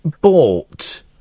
bought